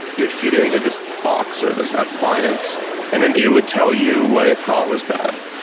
you'd feed it into this box or this appliance and then it would tell you what it thought was bad.